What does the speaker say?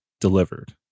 delivered